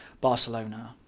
barcelona